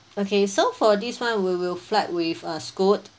okay so for this one we will fly with uh Scoot